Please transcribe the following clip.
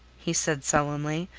he said sullenly.